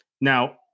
Now